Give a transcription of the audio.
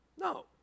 No